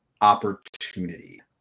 opportunity